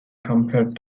compare